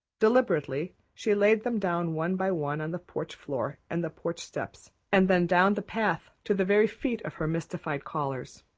deliberately she laid them down one by one on the porch floor and the porch steps, and then down the path to the very feet of her mystified callers.